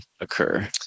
occur